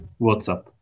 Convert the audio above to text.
WhatsApp